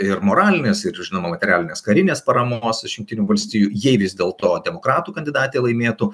ir moralines ir žinoma materialines karinės paramos iš jungtinių valstijų jei vis dėlto demokratų kandidatė laimėtų